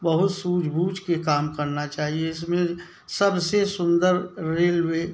बहुत सूझ बूझ के काम करना चाहिए इसमें सबसे सुंदर रेलवे